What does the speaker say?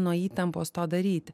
nuo įtampos to daryti